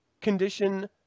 condition